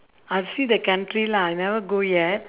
I'll see the country lah never go yet